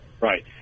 Right